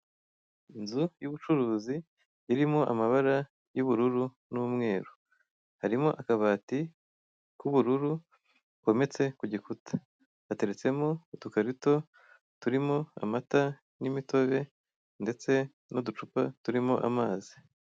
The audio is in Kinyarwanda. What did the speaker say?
Inzu y'ubucuruzi irimo amabara y'ubururu n'umweru, harimo akabati k'ubururu kometse ku gikuta, gateretsemo udukarito turimo amata n'imitobe ndetse n'uducupa turimo amazi.